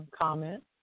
comment